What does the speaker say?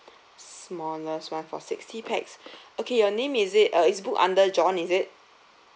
smallest one for sixty pax okay your name is it uh it's booked under john is it